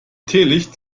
teelicht